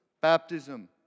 baptism